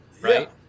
right